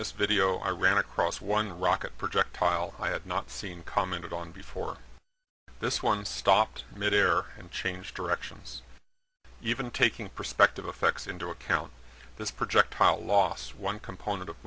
this video i ran across one rocket projectile i had not seen commented on before this one stopped midair and change directions even taking perspective effects into account this projectile loss one component of